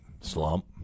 slump